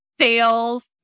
sales